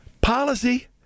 policy